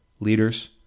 Leaders